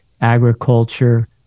agriculture